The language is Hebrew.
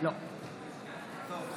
מצביע יאיר